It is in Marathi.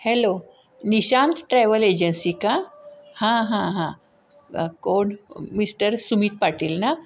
हॅलो निशांत ट्रॅव्हल एजन्सी का हां हां हां कोण मिस्टर सुमित पाटील ना